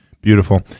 Beautiful